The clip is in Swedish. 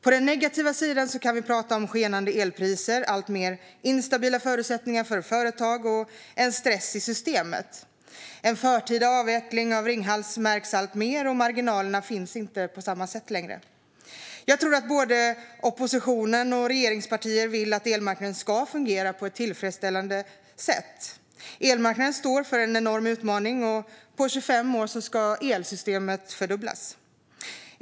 På den negativa sidan kan vi prata om skenande elpriser, alltmer instabila förutsättningar för företag och en stress i systemet. Den förtida avvecklingen av Ringhals märks alltmer, och marginalerna finns inte på samma sätt längre. Jag tror att både oppositionen och regeringspartierna vill att elmarknaden ska fungera på ett tillfredsställande sätt. Elmarknaden står för en enorm utmaning. På 25 år ska elsystemet fördubblas.